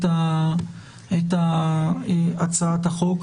הצעת החוק.